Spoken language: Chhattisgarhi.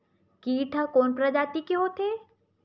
कीट ह कोन प्रजाति के होथे?